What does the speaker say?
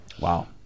Wow